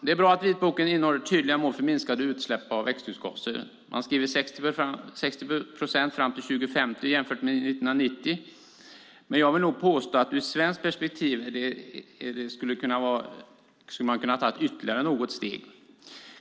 Det är bra att vitboken innehåller tydliga mål för minskade utsläpp av växthusgaser - 60 procent fram till 2050 jämfört med 1990. Men jag vill nog påstå att ur ett svenskt perspektiv skulle man ha kunnat ta ytterligare något steg.